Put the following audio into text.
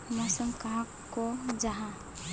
मौसम कहाक को जाहा?